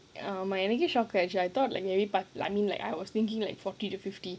err எனக்கே:enakkae I thought like I mean like I was thinking like forty to fifty